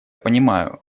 понимаю